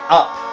up